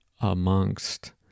amongst